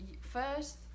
first